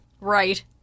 Right